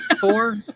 four